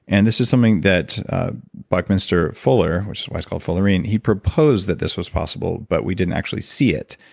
and this is something that buckminster fuller, which is why it's called fullerene, he proposed that this was possible, but we didn't actually see it.